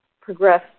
progress